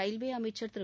railway அமைச்சன் திரு